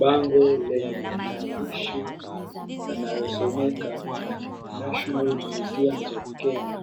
Bango lenye maandishi yanayosomeka, National Museums of Kenya,